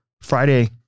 Friday